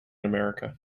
america